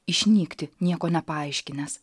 išnykti nieko nepaaiškinęs